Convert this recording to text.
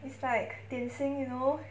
it's like 点心 you know